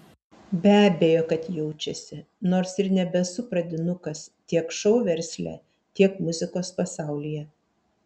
be abejo kad jaučiasi nors ir nebesu pradinukas tiek šou versle tiek muzikos pasaulyje